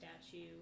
statue